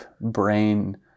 brain